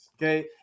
Okay